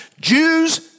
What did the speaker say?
Jews